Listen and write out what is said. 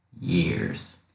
Years